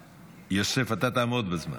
יוסף, אתה תעמוד בזמן.